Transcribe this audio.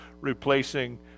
replacing